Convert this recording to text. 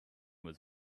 was